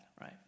right